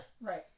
Right